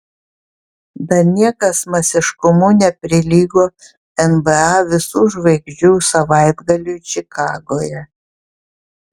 dar niekas masiškumu neprilygo nba visų žvaigždžių savaitgaliui čikagoje